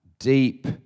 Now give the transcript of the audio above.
deep